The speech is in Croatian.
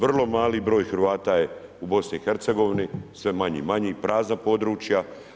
Vrlo mali broj Hrvata je u BiH-a, sve manji i manji, prazna područja.